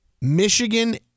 Michigan